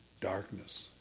darkness